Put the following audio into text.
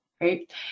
right